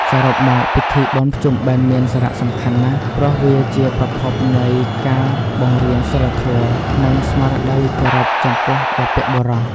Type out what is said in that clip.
សរុបមកពិធីបុណ្យភ្ជុំបិណ្ឌមានសារៈសំខាន់ណាស់ ព្រោះវាជាប្រភពនៃការបង្រៀនសីលធម៌ និងស្មារតីគោរពចំពោះបុព្វបុរស។